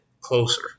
closer